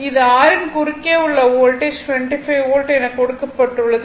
இந்த R யின் குறுக்கே உள்ள வோல்டேஜ் 25 வோல்ட் எனக் கொடுக்கப்பட்டுள்ளது